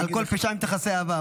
"על כל פשעים תכסה אהבה",